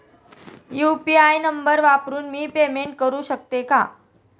UPI number वापरून मी payment करू शकते का?